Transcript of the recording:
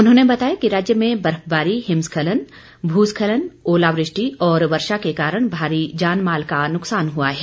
उन्होंने बताया कि राज्य में बर्फबारी हिम स्खलन भू स्खलन ओलावृष्टि और वर्षा के कारण भारी जान माल का नुकसान हुआ है